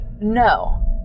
No